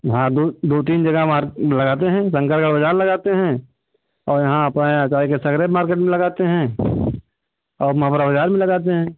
हाँ दो दो तीन जगह मार्केट में लगाते हैं का बाजार लगाते हैं और यहाँ पर मार्केट में लगाते हैं और अपना बड़ा बाजार मे लगाते हैं